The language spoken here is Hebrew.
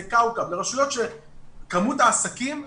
לרשויות שכמות העסקים קטנה.